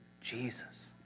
Jesus